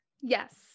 Yes